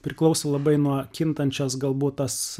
priklauso labai nuo kintančios galbūt tas